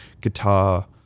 guitar